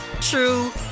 true